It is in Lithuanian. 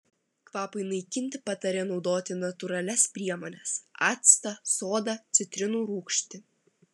kvapui naikinti patarė naudoti natūralias priemones actą sodą citrinų rūgštį